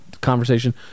conversation